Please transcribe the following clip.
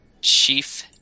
chief